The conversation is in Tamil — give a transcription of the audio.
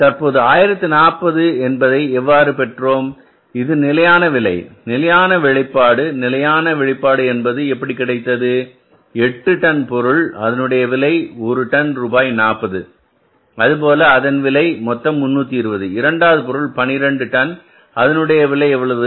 இப்போது 1040 என்பதை எவ்வாறு பெற்றோம் இது நிலையான விலை நிலையான வெளிப்பாடு நிலையான வெளிப்பாடு என்பது எப்படி கிடைத்தது 8 டன் பொருள் அதனுடைய விலை ஒரு டன் ரூபாய் 40 அதேபோல அதன் விலை மொத்தம் 320 இரண்டாவது பொருள் 12 டன் அதனுடைய விலை எவ்வளவு